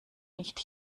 nicht